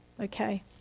Okay